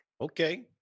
Okay